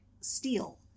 steel